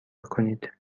کنید